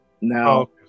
Now